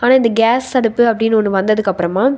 ஆனால் இந்த கேஸ் அடுப்பு அப்படின்னு ஒன்று வந்ததுக்கப்புறமாக